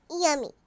Yummy